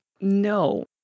No